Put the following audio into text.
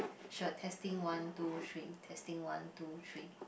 sure testing one two three testing one two three